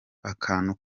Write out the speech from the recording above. akantu